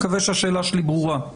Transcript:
מקווה שהשאלה שלי ברורה.